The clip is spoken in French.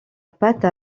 pâte